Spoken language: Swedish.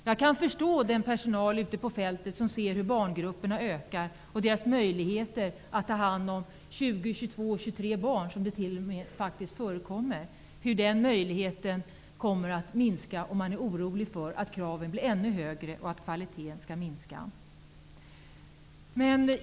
Jag kan förstå personalen ute på fältet, som ser hur barngrupperna ökar -- till 20, 22 och 23 barn -- och att möjligheterna att ta hand om dem kommer att minska, är orolig för att kraven skall bli högre och att kvaliteten skall minska.